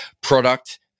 product